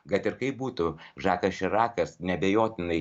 kad ir kaip būtų žakas širakas neabejotinai